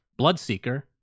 Bloodseeker